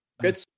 Good